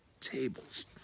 tables